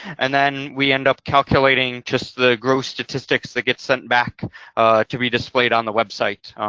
and then we end up calculating just the gross statistics that get sent back to be displayed on the website.